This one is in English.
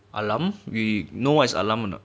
alarm we know what is alarm or not